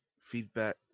feedback